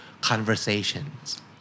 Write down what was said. conversations